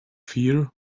fear